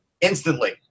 instantly